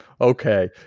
Okay